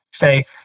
say